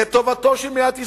לטובתה של מדינת ישראל,